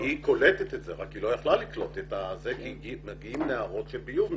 היא קולטת את זה אבל היא לא יכלה לקלוט כי מגיעים משם נהרות של ביוב.